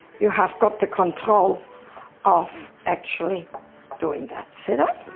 you have got the control of actually doing that. see that?